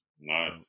Nice